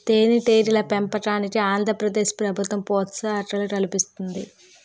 తేనెటీగల పెంపకానికి ఆంధ్ర ప్రదేశ్ ప్రభుత్వం ప్రోత్సాహకాలు కల్పిస్తుంది